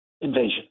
invasion